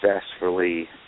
successfully